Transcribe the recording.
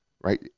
Right